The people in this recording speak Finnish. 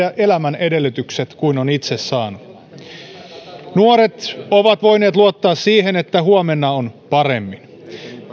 elämän edellytykset kuin on itse saanut nuoret ovat voineet luottaa siihen että huomenna on paremmin